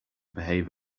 behave